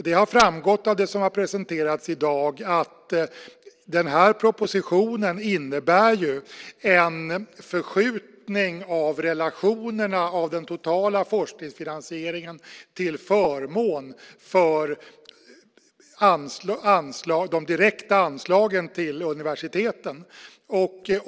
Det har framgått av det som har presenterats i dag att propositionen innebär en förskjutning av relationerna i den totala forskningsfinansieringen till förmån för de direkta anslagen till universiteten.